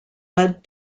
led